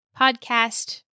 podcast